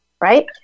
right